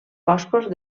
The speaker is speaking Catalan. boscos